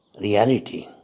reality